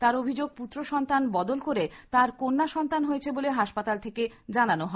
তাঁর অভিযোগ পুত্র সন্তান বদল করে তার কন্যা সন্তান হয়েছে বলে হাসপাতাল থেকে তাকে জানানো হয়